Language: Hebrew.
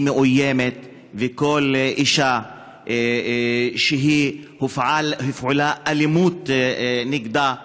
מאוימת וכל אישה שהופעלה אלימות נגדה,